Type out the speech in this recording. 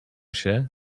się